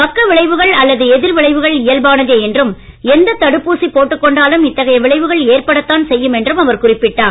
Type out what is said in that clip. பக்க விளைவுகள் அல்லது எதிர் விளைவுகள் இயல்பானதே என்றும் எந்த தடுப்பூசி போட்டுக்கொண்டாலும் இத்தகைய விளைவுகள் ஏற்படத்தான் செய்யும் என்றும் அவர் குறிப்பிட்டார்